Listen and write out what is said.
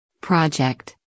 project